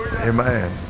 amen